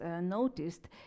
noticed